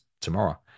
tomorrow